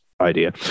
idea